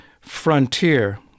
frontier